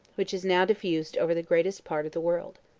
which is now diffused over the greatest part of the world.